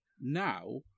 now